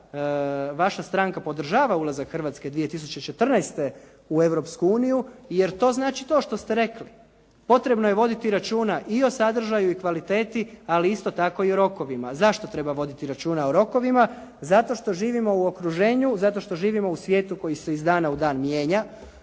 vaša stranka podržava ulazak Hrvatske 2014. u Europsku uniju jer to znači to što ste rekli. Potrebno je voditi računa i o sadržaju i kvaliteti, ali isto tako i o rokovima. Zašto treba voditi računa o rokovima? Zato što živimo u okruženju, zato što živimo u svijetu koji se iz dana u dan mijenja,